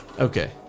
okay